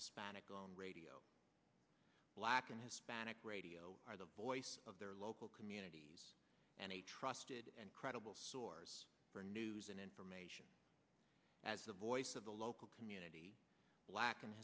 hispanic on radio black and hispanic radio are the voice of their local communities and a trusted and credible source for news and information as the voice of the local community black and